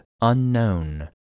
unknown